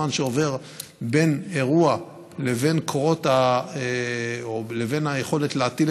הזמן שעובר בין אירוע לבין היכולת להטיל